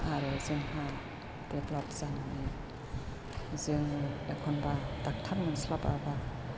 आरो जोंहा देभलप जानानै जोङो एखनबा दक्ट'र मोनस्लाबाबा